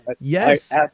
yes